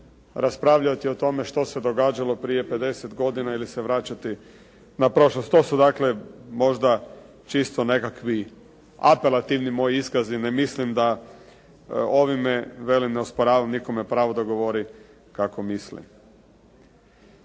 raspravljati o tome što se događalo prije 50 godina ili se vraćati na prošlost, to su dakle možda čisto nekakvi apelativni moji iskazi. Ne mislim da ovime, velim ne osporavam nikome pravo da govori kako misli.